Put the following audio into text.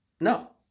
No